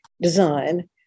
design